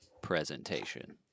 presentation